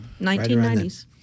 1990s